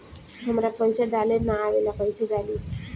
हमरा पईसा डाले ना आवेला कइसे डाली?